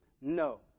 No